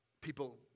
People